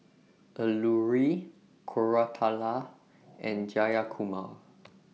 Alluri Koratala and Jayakumar